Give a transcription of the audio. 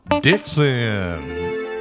Dixon